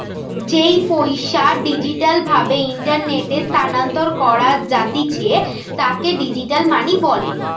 যেই পইসা ডিজিটাল ভাবে ইন্টারনেটে স্থানান্তর করা জাতিছে তাকে ডিজিটাল মানি বলে